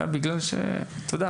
אלא כמו שאתה יודע,